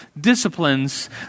disciplines